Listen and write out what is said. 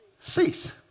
cease